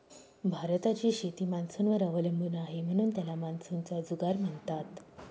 भारताची शेती मान्सूनवर अवलंबून आहे, म्हणून त्याला मान्सूनचा जुगार म्हणतात